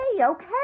okay